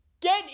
Get